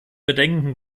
bedenken